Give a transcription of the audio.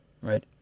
Right